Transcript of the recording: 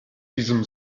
diesem